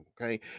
okay